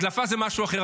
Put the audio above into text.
הדלפה זה משהו אחר.